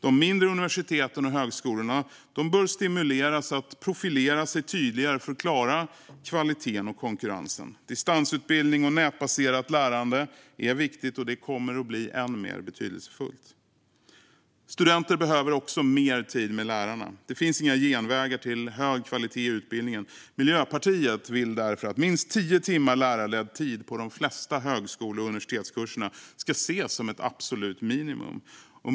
De mindre universiteten och högskolorna bör stimuleras att profilera sig tydligare för att klara kvaliteten och konkurrensen. Distansutbildning och nätbaserat lärande är viktigt, och det kommer bli än mer betydelsefullt. Studenter behöver också mer tid med lärarna. Det finns inga genvägar till hög kvalitet i utbildningen. Miljöpartiet vill därför att minst tio timmar lärarledd tid på de flesta högskole och universitetskurserna ska ses som ett absolut minimum.